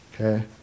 Okay